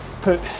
put